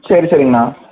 சரி சரிங்கண்ணா